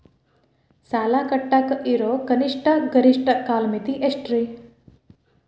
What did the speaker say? ಸಾಲ ಕಟ್ಟಾಕ ಇರೋ ಕನಿಷ್ಟ, ಗರಿಷ್ಠ ಕಾಲಮಿತಿ ಎಷ್ಟ್ರಿ?